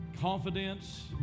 confidence